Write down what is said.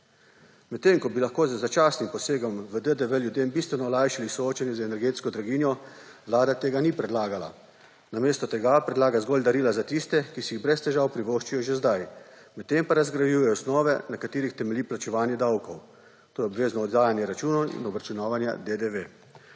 Medtem, ko bi lahko z začasnim posegom v DDV ljudem bistveno olajšali soočenje z energetsko draginjo, Vlada tega ni predlagala. Namesto tega predlaga zgolj darila za tiste, ki si jih brez težav privoščijo že zdaj, medtem pa razgrajuje osnove, na katerih temelji plačevanje davkov, to je obvezno oddajanje računov in obračunavanje DDV.